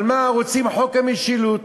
אבל מה, רוצים חוק המשילות.